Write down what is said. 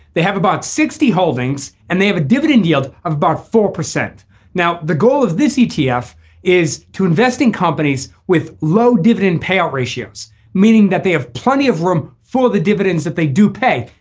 they have about sixty holdings and they have a dividend yield of about four. now the goal of this etf is to invest in companies with low dividend payout ratios meaning that they have plenty of room for the dividends that they do pay.